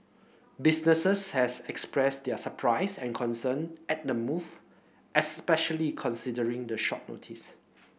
businesses has expressed their surprise and concern at the move especially considering the short notice